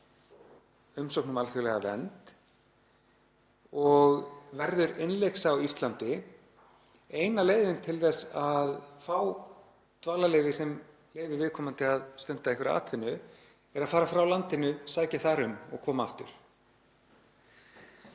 umsókn um alþjóðlega vernd og verður innlyksa á Íslandi þá er eina leiðin til þess að fá dvalarleyfi sem leyfir viðkomandi að stunda einhverja atvinnu sú að fara frá landinu, sækja þar um og koma aftur.